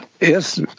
Yes